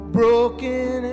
broken